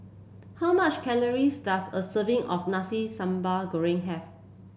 how much calories does a serving of Nasi Sambal Goreng have